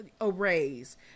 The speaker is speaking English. arrays